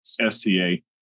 STA